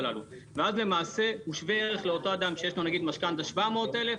ואז הוא שווה ערך לאדם שיש לו משכנתה של 700 אלף,